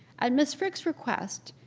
at miss frick's request,